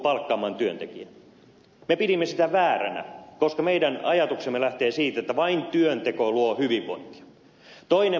me pidimme sitä vääränä koska meidän ajatuksemme lähtee siitä että vain työnteko luo hyvinvointia